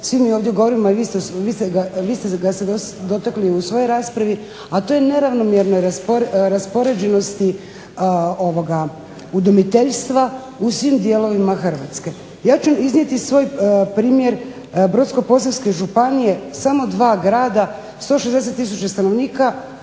svi mi ovdje govorimo jer ste vi ga se dotakli u svojoj raspravi, a toj neravnomjernoj raspoređenosti ovoga udomiteljstva u svim dijelovima Hrvatske. Ja ću iznijeti svoj primjer Brodsko-posavske županije samo dva grada, 160000 stanovnika